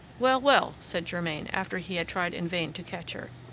well, well, said germain, after he had tried in vain to catch her,